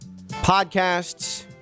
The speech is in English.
Podcasts